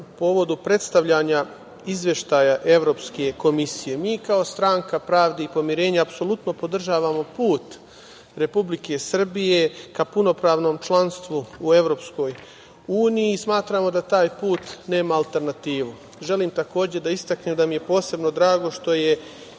povodom predstavljanja Izveštaja Evropske komisije. Mi kao Stranka pravde i pomirenja apsolutno podržavamo put Republike Srbije ka punopravnom članstvu u EU i smatramo da taj put nema alternativu. Želim takođe da istaknem da mi je posebno drago što je